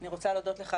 אני רוצה להודות לך,